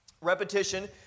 Repetition